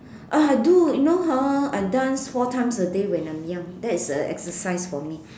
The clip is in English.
oh I do you know ha I dance four times a day when I'm young that is uh exercise for me